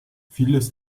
vieles